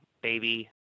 baby